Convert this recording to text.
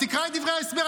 תקרא את דברי ההסבר,